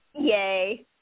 yay